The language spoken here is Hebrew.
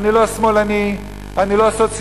אני לא שמאלני, אני לא סוציאליסט,